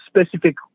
specific